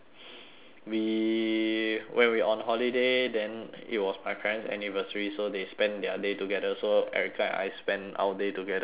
we when we on holiday then it was my parent's anniversary so they spend their day together so erika and I spend our day together overseas